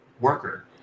worker